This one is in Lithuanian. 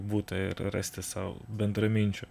butą ir rasti sau bendraminčių